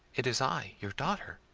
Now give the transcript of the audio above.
it is i, your daughter.